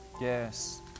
Yes